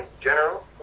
General